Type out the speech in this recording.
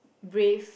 brave